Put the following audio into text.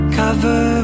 cover